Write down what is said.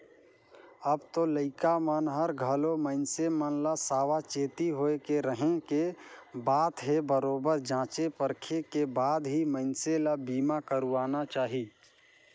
अब तो लइका मन हर घलो मइनसे मन ल सावाचेती होय के रहें के बात हे बरोबर जॉचे परखे के बाद ही मइनसे ल बीमा करवाना चाहिये